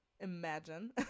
Imagine